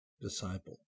Disciple